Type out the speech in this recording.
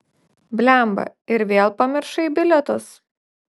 blemba ir vėl pamiršai bilietus